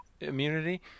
immunity